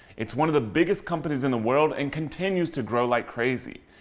it's one of the biggest companies in the world and continues to grow like crazy.